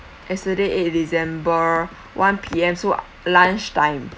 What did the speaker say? yesterday eight december one P_M so lunch time